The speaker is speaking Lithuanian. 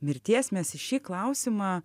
mirties mes į šį klausimą